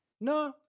No